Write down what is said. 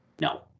No